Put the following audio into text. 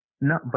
No